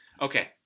Okay